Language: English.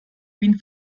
wind